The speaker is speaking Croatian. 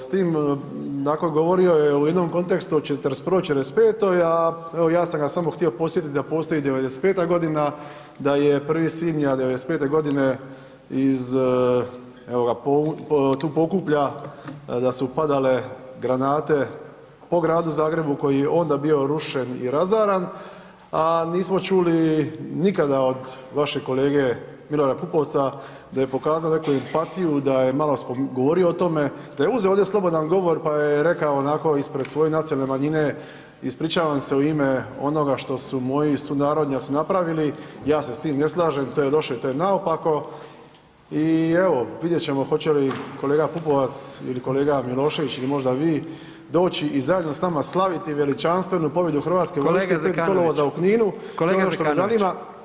S tim, dakle govorio je u jednom kontekstu od '41.-'45., a evo ja sam ga samo htio podsjetiti da postoji i '95. g., da je 1. svibnja '95. g. iz evo ga, tu Pokuplja, da su padale granate po gradu Zagrebu, koji je onda bio rušen i razaran, a nismo čuli nikada od vašeg kolege Milorada Pupovca, da je pokazao neku empatiju, da je malo govorio o tome, da je uzeo ovdje slobodan govor pa je rekao onako ispred svoje nacionalne manjine, ispričavam se u ime onoga što su moji sunarodnjaci napravili, ja se s tim ne slažem, to je loše i to je naopako i evo, vidjet ćemo hoće li kolega Pupovac ili kolega Milošević ili možda bi doći i zajedno s nama slaviti veličanstvenu pobjedu hrvatske [[Upadica: Kolega Zekanović]] vojske 5. kolovoza u Kninu [[Upadica: Kolega Zekanović.]] a ono što me zanima.